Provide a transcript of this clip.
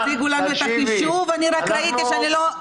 כשאנחנו ישבנו פה והם הציגו לנו את החישוב אני רק ראיתי אנשים,